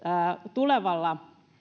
tulevalla